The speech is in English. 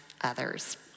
others